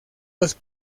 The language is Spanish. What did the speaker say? los